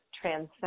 transcend